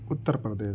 Uttar Pradesh